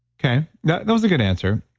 okay, yeah that was a good answer.